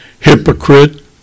Hypocrite